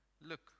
look